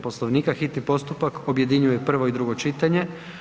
Poslovnika hitni postupak objedinjuje prvo i drugo čitanje.